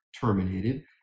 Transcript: terminated